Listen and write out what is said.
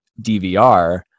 DVR